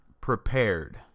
prepared